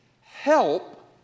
help